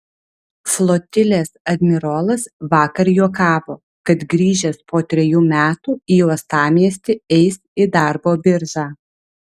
flotilės admirolas vakar juokavo kad grįžęs po trejų metų į uostamiestį eis į darbo biržą